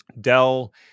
Dell